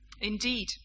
Indeed